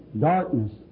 Darkness